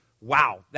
wow